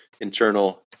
internal